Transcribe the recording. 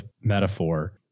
metaphor